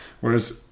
Whereas